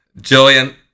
Jillian